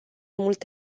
mult